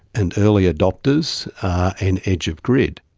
and early adopters, and edge of grid.